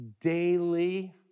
daily